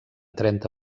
trenta